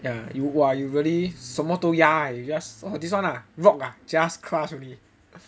ya you !wah! you really 什么都压 eh just this one ah rock ah just crush only